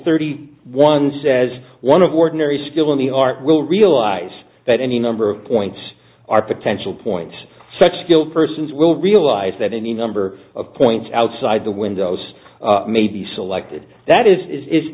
thirty one says one of ordinary skill in the art will realize that any number of points are potential points such skill persons will realize that any number of points outside the windows may be selected that is is